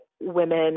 women